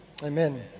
Amen